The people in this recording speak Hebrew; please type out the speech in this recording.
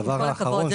בכל הכבוד,